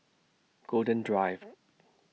Golden Drive